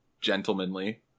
gentlemanly